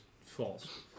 false